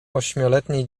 ośmioletniej